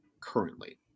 currently